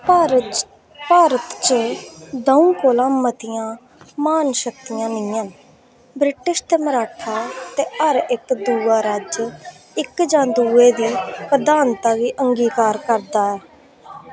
भारत च भारत च दऊं कोला मतियां महान शक्तियां नेईं हैन ब्रिटिश ते मराठा ते हर इक दूआ राज्य इक जां दुए दी प्रधानता गी अंगीकार करदा ऐ